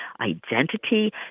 identity